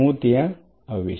હું ત્યાં આવીશ